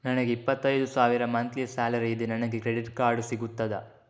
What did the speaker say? ನನಗೆ ಇಪ್ಪತ್ತೈದು ಸಾವಿರ ಮಂತ್ಲಿ ಸಾಲರಿ ಇದೆ, ನನಗೆ ಕ್ರೆಡಿಟ್ ಕಾರ್ಡ್ ಸಿಗುತ್ತದಾ?